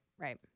Right